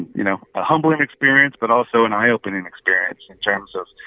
you know, a humbling experience but also an eye-opening experience in terms of,